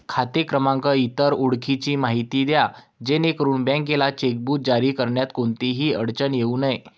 खाते क्रमांक, इतर ओळखीची माहिती द्या जेणेकरून बँकेला चेकबुक जारी करण्यात कोणतीही अडचण येऊ नये